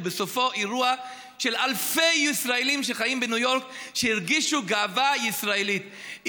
ובסופו, אירוע של אלפי ישראלים שחיים בניו יורק שהרגישו גאווה ישראלית,